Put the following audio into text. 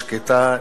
שקטה,